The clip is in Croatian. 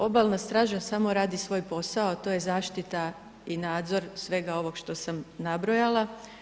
Obalna straža samo radi svoj posao, a to je zaštita i nadzor svega ovog što sam nabrojala.